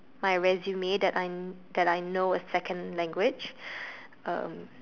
my resume that I that I know a second language uh